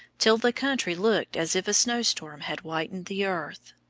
till the country looked as if a snowstorm had whitened the earth.